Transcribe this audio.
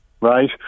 right